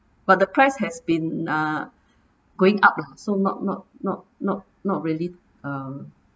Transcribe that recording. but the price has been uh going up lah so not not not not not really um